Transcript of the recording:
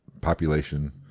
population